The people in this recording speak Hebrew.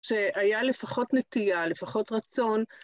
שהיה לפחות נטייה, לפחות רצון.